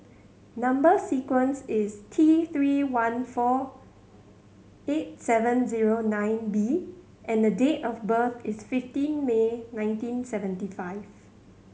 number sequence is T Three one four eight seven zero nine B and date of birth is fifteen May nineteen seventy five